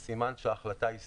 אז סימן שההחלטה היא סבירה.